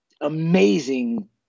amazing